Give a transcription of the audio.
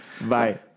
Bye